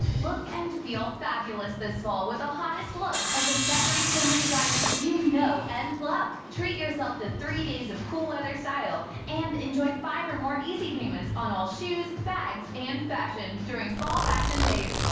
look and feel fabulous this fall with the hottest looks and accessories from the designers you know and love. treat yourself to three days in cool leather style and enjoy five or more easy payments on all, shoes bags and fashion during fall fashion days.